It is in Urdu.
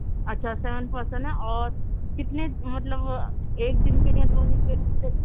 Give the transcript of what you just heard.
اچھا سیون پرسینٹ ہے اور کتنے مطلب ایک دن کے لیے دو دن کے لیے کتے